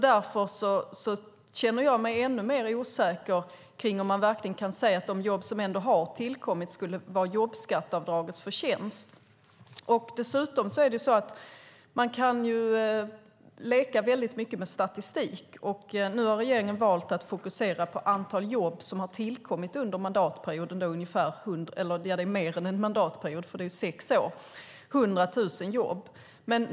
Därför känner jag mig ännu mer osäker på om man kan säga att de jobb som har tillkommit skulle vara jobbskatteavdragets förtjänst. Man kan leka mycket med statistik. Regeringen har valt att fokusera på det antal jobb som har tillkommit under dessa sex år, nämligen 100 000 jobb.